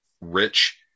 rich